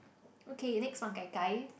okay next one